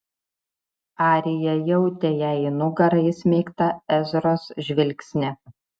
arija jautė jai į nugarą įsmeigtą ezros žvilgsnį